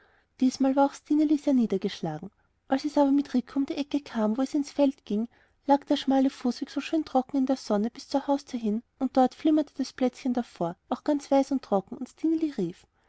diesmal war auch stineli sehr niedergeschlagen als es aber mit rico um die ecke kam wo es ins feld hineinging lag der schmale fußweg so schön trocken in der sonne bis zur haustür hin und dort flimmerte das plätzchen davor auch ganz weiß und trocken und stineli rief